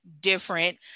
different